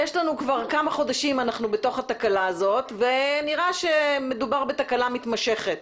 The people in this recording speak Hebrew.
כבר כמה חודשים אנחנו בתוך התקלה הזאת ונראה שמדובר בתקלה מתמשכת,